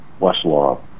Westlaw